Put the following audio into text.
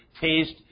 taste